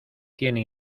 tiene